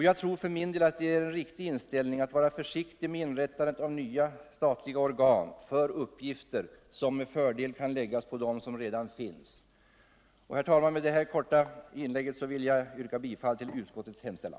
Jag tror det är en riktig inställning att vara försiktig med inrättandet av nya statliga organ för uppgifter som med fördel kan läggas på dem som redan finns. Herr talman! Med detta korta inlägg vill jag yrka bifall till utskottets hemställan.